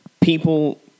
people